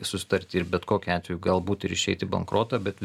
susitarti ir bet kokiu atveju galbūt ir išeit į bankrotą bet